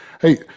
hey